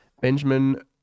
Benjamin